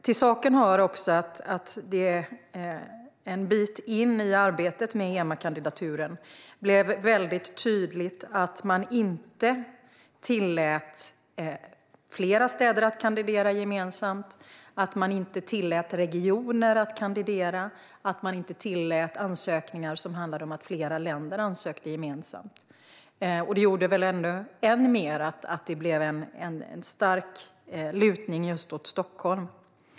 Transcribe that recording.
Till saken hör att det en bit in i arbetet med EMA-kandidaturen blev väldigt tydligt att man inte tillät flera städer att kandidera gemensamt, att man inte tillät regioner att kandidera och att man inte tillät flera länder att ansöka gemensamt. Det gjorde väl än mer att det blev en stark lutning just åt Stockholm.